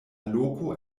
loko